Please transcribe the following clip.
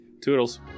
Toodles